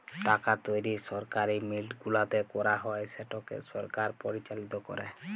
টাকা তৈরি সরকারি মিল্ট গুলাতে ক্যারা হ্যয় যেটকে সরকার পরিচালিত ক্যরে